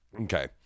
Okay